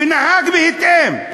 ונהג בהתאם.